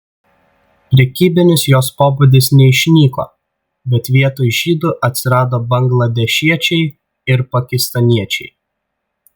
prekybinis jos pobūdis neišnyko bet vietoj žydų atsirado bangladešiečiai ir pakistaniečiai